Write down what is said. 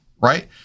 right